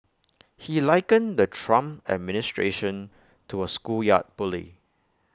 he likened the Trump administration to A schoolyard bully